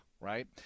right